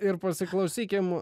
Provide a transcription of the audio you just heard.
ir pasiklausykime